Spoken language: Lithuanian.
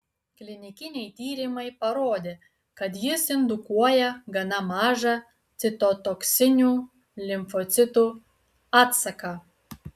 klinikiniai tyrimai parodė kad jis indukuoja gana mažą citotoksinių limfocitų atsaką